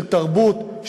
של תרבות,